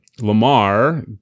Lamar